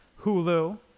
Hulu